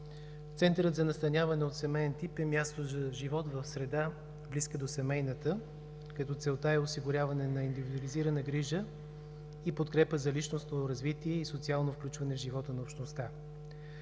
Центърът за настаняване от семеен тип е място за живот в среда, близка до семейната, като целта е осигуряване на индивидуализирана грижа, и подкрепа за личностно развитие и социално включване в живота на общността.